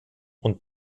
und